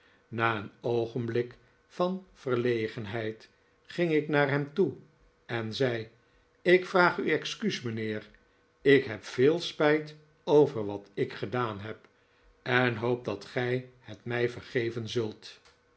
na een oogenblik van verlegenheid ging ik naar hem toe en zei ik vraag u excuus mijnheer ik heb veel spijt over wat ik gedaan heb en hoop dat gij het mij vergeven zult